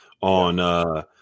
on